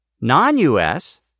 Non-U.S